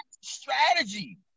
strategy